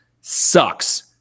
Sucks